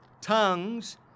tongues